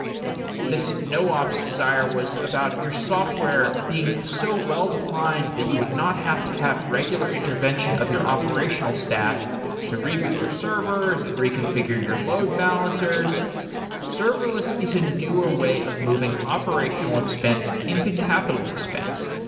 this ah noops desire was about your software being so well-defined that you would not have to have regular intervention of your operational staff to reboot your servers and reconfigure your load balancers serverless is a newer way of moving operational expense into capital expense.